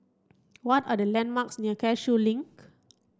what are the landmarks near Cashew Link